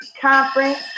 conference